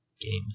games